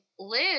Liz